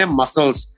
muscles